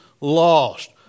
lost